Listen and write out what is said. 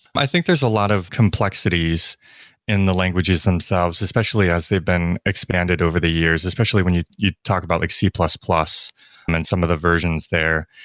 i think there's a lot of complexities in the languages themselves, especially as they've been expanded over the years, especially when you you talk about like c plus plus and then some of the versions there.